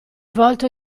volto